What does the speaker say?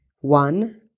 One